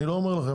אני לא אומר לכם,